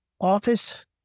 Office